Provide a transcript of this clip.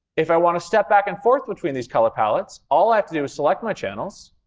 if i want to step back and forth between these color palettes, all i have to do is select my channels,